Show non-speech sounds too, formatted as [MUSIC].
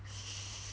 [LAUGHS]